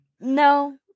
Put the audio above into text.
No